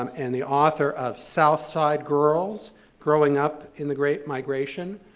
um and the author of south side girls growing up in the great migration,